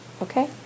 okay